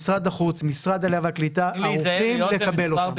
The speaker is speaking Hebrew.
משרד החוץ, משרד העלייה והקליטה ערוכים לקבל אותם.